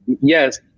Yes